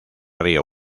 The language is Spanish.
río